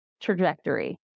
trajectory